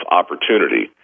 opportunity